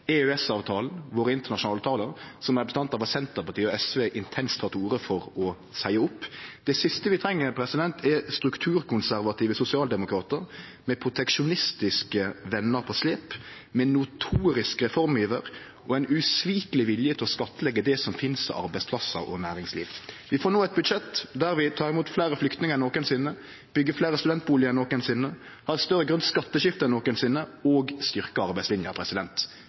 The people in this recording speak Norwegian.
EØS-avtalen, våre internasjonale avtalar, som representantar for Senterpartiet og SV intenst tek til orde for å seie opp. Det siste vi treng, er strukturkonservative sosialdemokratar med proteksjonistiske vener på slep, med notorisk reformiver og ei usvikeleg vilje til å skattleggje det som finst av arbeidsplassar og næringsliv. Vi får no eit budsjett der vi tek imot fleire flyktningar enn nokosinne, byggjer fleire studentbustader enn nokosinne, har eit større grønt skatteskifte enn nokosinne og styrkjer arbeidslinja.